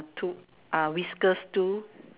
two whiskers too